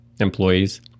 employee's